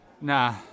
Nah